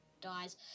dies